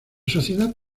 sociedad